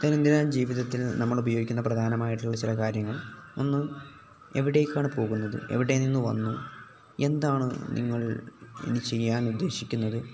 ദൈനംദിന ജീവിതത്തിൽ നമ്മളുപയോഗിക്കുന്ന പ്രധാനമായിട്ടുള്ള ചില കാര്യങ്ങൾ ഒന്ന് എവിടേക്കാണ് പോകുന്നത് എവിടെ നിന്നു വന്നു എന്താണ് നിങ്ങൾ ഇനി ചെയ്യാനുദ്ദേശിക്കുന്നത്